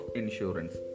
insurance